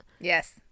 Yes